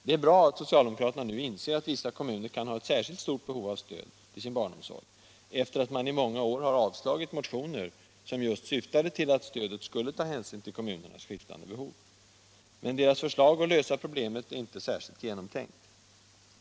Det är bra att socialdemokraterna nu inser att vissa kommuner kan ha särskilt behov av stöd till sin barnomsorg, sedan man i många år har avslagit motioner, som har just syftat till att stödet skulle ta hänsyn till kommunernas skiftande behov. Men socialdemokraternas förslag till en lösning av problemet är inte särskilt genomtänkt.